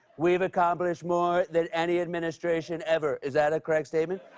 we've accomplished more than any administration ever. is that a correct statement?